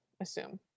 assume